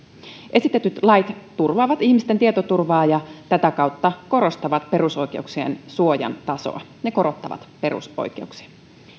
esitetyt lait turvaavat ihmisten tietoturvaa ja tätä kautta korostavat perusoikeuksien suojan tasoa ne korottavat perusoikeuksia